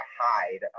hide